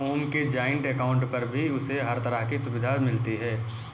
ओम के joint account पर भी उसे हर तरह की सुविधा मिलती है